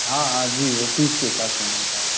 हाँ हाँ जी वे पीस के हिसाब से मिलता है